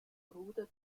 bruder